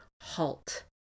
halt